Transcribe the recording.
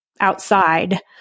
outside